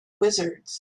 wizards